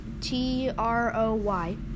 T-R-O-Y